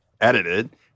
edited